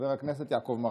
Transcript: חבר הכנסת יעקב מרגי.